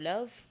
Love